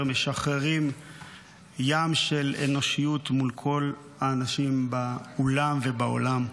משחררים ים של אנושיות מול כל האנשים באולם ובעולם.